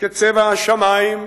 כצבע השמים.